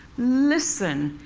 listen.